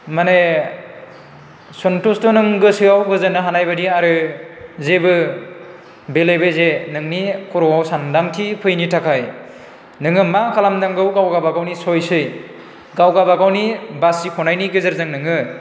मोने सन्थुसथ' नों गोसोआव गोजोननो हानाय बायदि आरो जेबो बेले बेजे नोंनि खर'वाव सान्दांथि फैयैनि थाखाय नोङो मा खालामनांगौ गावबागावनि सइसयै गाव गाबागावनि बासिख'नायनि गेजेरजों नोङो